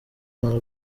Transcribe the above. rwanda